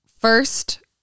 first